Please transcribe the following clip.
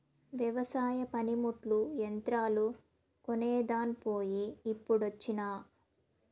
వెవసాయ పనిముట్లు, యంత్రాలు కొనేదాన్ పోయి ఇప్పుడొచ్చినా